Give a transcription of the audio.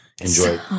enjoy